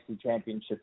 Championship